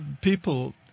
people